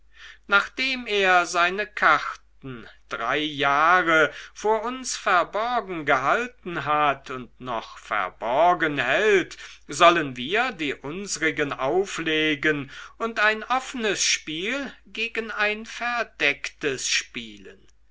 nachdem er seine karten drei jahre vor uns verborgen gehalten hat und noch verborgen hält sollen wir die unsrigen auflegen und ein offenes spiel gegen ein verdecktes spielen